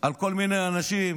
על כל מיני אנשים,